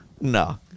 No